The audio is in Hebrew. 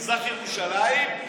מזרח ירושלים,